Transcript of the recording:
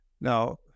Now